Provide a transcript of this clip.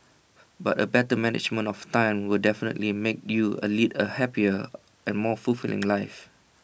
but A better management of time will definitely make you A lead A happier and more fulfilling life